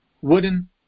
wooden